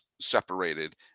separated